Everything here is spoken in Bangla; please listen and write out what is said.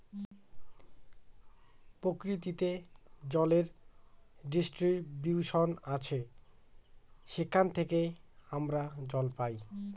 প্রকৃতিতে জলের ডিস্ট্রিবিউশন আসে যেখান থেকে আমরা জল পাই